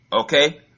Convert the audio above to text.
okay